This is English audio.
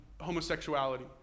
homosexuality